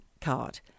card